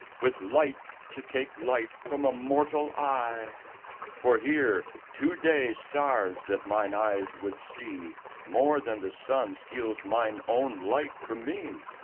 with light to take light from a mortal eye for here two day stars that mine eyes would see more than the sun steals mine own light from me,